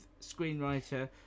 screenwriter